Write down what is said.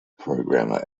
programmer